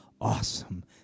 awesome